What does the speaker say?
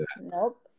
Nope